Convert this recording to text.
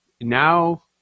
now